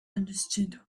understood